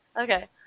Okay